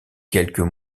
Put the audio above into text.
quelques